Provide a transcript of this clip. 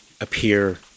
appear